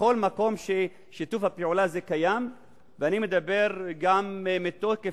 בכל מקום ששיתוף הפעולה הזה קיים ואני מדבר גם מתוקף